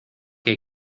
que